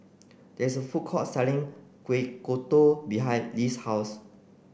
there is a food court selling Kueh Kodok behind Less' house